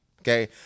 okay